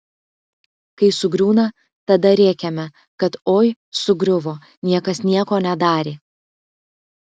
kai sugriūna tada rėkiame kad oi sugriuvo niekas nieko nedarė